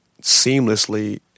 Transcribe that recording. seamlessly